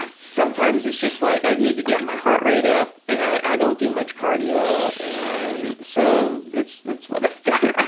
sometimes it's just like i need to get my heart rate up and i don't do much cardio and so, it's it's what i've got.